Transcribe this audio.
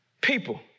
people